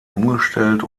umgestellt